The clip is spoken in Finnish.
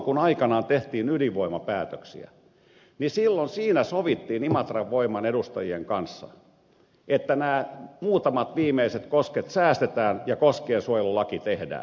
kun aikanaan tehtiin ydinvoimapäätöksiä niin silloin siinä sovittiin imatran voiman edustajien kanssa että nämä muutamat viimeiset kosket säästetään ja koskiensuojelulaki tehdään